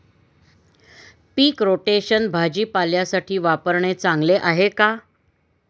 पीक rotation भाजीपाल्यासाठी वापरणे चांगले आहे का?